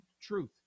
truth